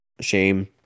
Shame